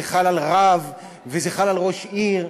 זה חל על רב וזה חל על ראש עיר.